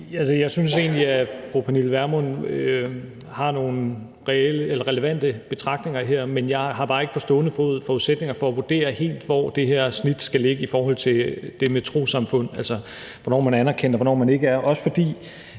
Jeg synes egentlig, at fru Pernille Vermund har nogle relevante betragtninger her, men jeg har bare ikke på stående fod forudsætninger for at vurdere helt, hvor det her snit skal ligge i forhold til det med trossamfund, altså hvornår man er anerkendt og hvornår man ikke er. For